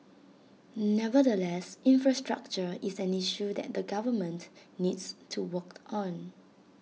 nevertheless infrastructure is an issue that the government needs to work on